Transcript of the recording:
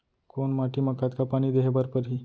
कोन माटी म कतका पानी देहे बर परहि?